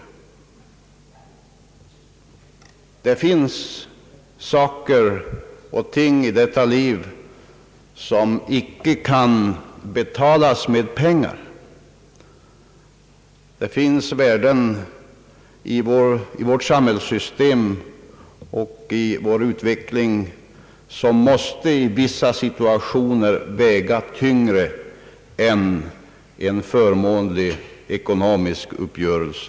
I detta liv finns saker och ting, som icke kan betalas med pengar — det finns värden i vårt samhällssystem och vår utveckling, som i vissa situationer måste väga tyngre än en förmånlig ekonomisk uppgörelse.